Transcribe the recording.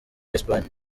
espagne